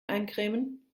eincremen